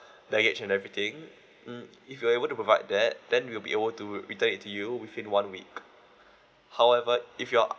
baggage and everything mm if you're able to provide that then we'll be able to return it to you within one week however if you are